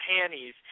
panties